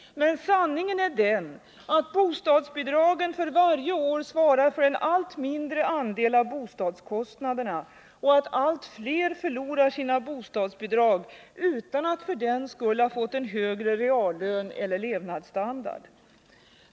Men sanningen är att bostadsbidragen för varje år svarar för en allt mindre andel av bostadskostnaderna och att allt fler förlorat sina bostadsbidrag utan att för den skull ha fått en högre reallön eller levnadsstandard.